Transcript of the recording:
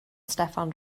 steffan